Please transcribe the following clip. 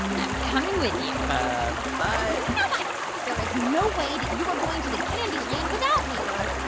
i'm coming with you but. no buts. there is no way that you are going to the candy land without me but.